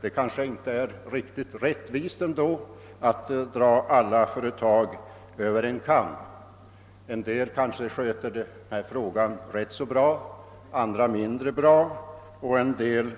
Det kanske inte är riktigt rättvist att dra alla företag över en kam. En del kanske sköter denna fråga ganska bra, andra mindre bra och en del